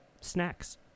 snacks